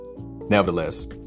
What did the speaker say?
Nevertheless